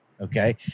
okay